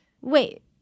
Wait